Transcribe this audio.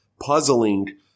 puzzling